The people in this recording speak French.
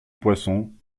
poisson